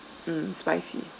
mm spicy